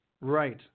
Right